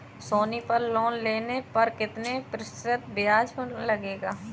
सोनी पल लोन लेने पर कितने प्रतिशत ब्याज लगेगा?